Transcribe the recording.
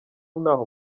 ntaho